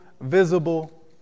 visible